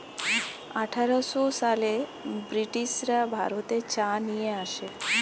আঠারোশো সালে ব্রিটিশরা ভারতে চা নিয়ে আসে